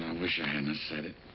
wish i hadn't-a said it.